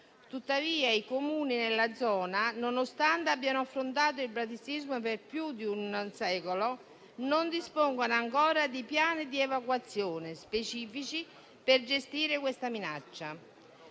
residenti. I Comuni della zona, nonostante abbiano affrontato il bradisismo per più di un secolo, non dispongono però ancora di piani di evacuazione specifici per gestire questa minaccia.